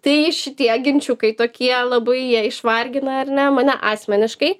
tai šitie ginčiukai tokie labai jie išvargina ar ne mane asmeniškai